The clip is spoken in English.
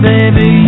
Baby